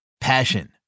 Passion